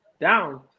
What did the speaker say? down